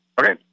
Okay